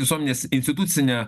visuomenės institucinę